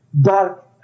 dark